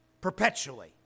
perpetually